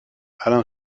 alain